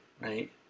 right